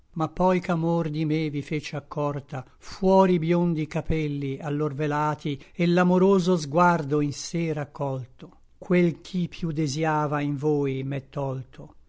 ma poi ch'amor di me vi fece accorta fuor i biondi capelli allor velati et l'amoroso sguardo in sé raccolto quel ch'i piú desiava in voi m'è tolto